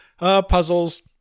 Puzzles